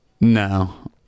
No